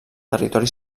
territori